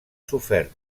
sofert